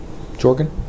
Jorgen